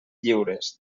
lliures